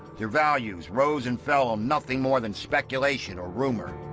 their values rose and fell on nothing more than speculation or rumour.